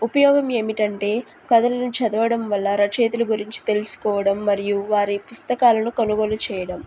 ఉపయోగం ఏమిటంటే కథలను చదవడం వల్ల రచయితుల గురించి తెలుసుకోవడం మరియు వారి పుస్తకాలను కొనుగోలు చేయడం